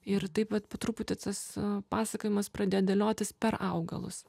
ir taip vat po truputį tas pasakojimas pradėjo dėliotis per augalus